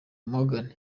morgan